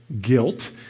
guilt